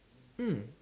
mm